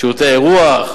שירותי אירוח,